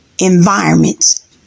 environments